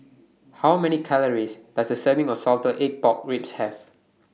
How Many Calories Does A Serving of Salted Egg Pork Ribs Have